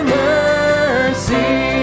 mercy